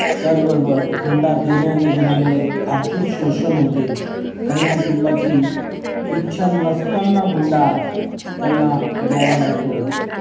त्याचबरोबर हुंडा देण्या आणि घेण्यामुळे आर्थिक शोषण होते काही कुटुंबाची इच्छा नसताना हुंडा त्यांना द्यावा लागतो